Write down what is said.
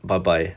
bye bye